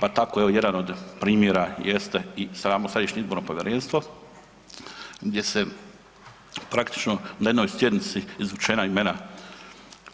Pa tako je jedan od primjera jeste i samo Središnje izborno povjerenstvo gdje se praktično na jednoj sjednici izvučena imena